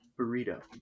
burrito